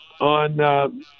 on, –